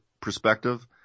perspective